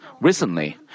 recently